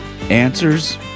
answers